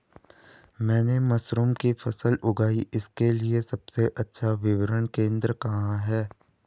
मैंने मशरूम की फसल उगाई इसके लिये सबसे अच्छा विपणन केंद्र कहाँ है?